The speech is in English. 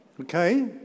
Okay